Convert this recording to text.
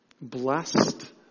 blessed